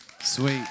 Sweet